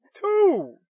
Two